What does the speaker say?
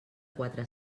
quatre